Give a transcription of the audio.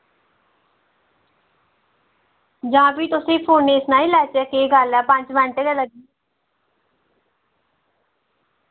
जां फ्ही तुसें फोनै सनाई लैह्चै केह् गल्ल ऐ पंज मिंट गै न